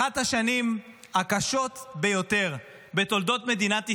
אחת השנים הקשות ביותר בתולדות מדינת ישראל,